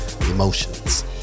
Emotions